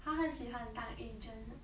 ha 她喜欢当 asian ah